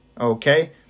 Okay